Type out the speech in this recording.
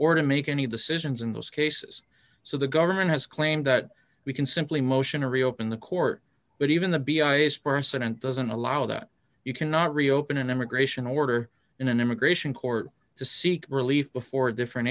or to make any decisions in those cases so the government has claimed that we can simply motion to reopen the court but even the b ice person it doesn't allow that you cannot reopen an immigration order in an immigration court to seek relief before a different